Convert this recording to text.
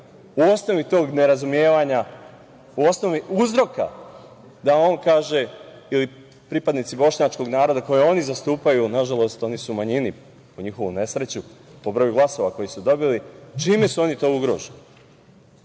u osnovi tog nerazumevanja, u osnovi uzroka da on kaže ili pripadnici bošnjačkog naroda koji oni zastupaju, nažalost oni su u manjini, na njihovu nesreću po broju glasova koji su dobili, čime su oni to ugroženi